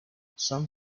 some